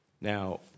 Now